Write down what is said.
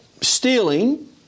stealing